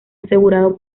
asegurado